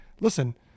listen